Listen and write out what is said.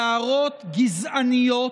בהערות גזעניות